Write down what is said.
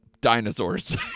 dinosaurs